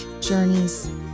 journeys